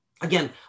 Again